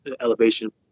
Elevation